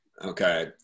Okay